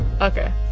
Okay